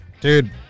Dude